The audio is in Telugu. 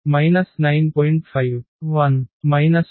5 0 4 0